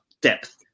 depth